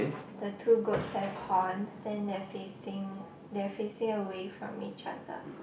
the two goats have horns then they're facing they're facing away from each other